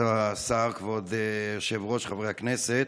כבוד השר, כבוד היושב-ראש, חברי הכנסת,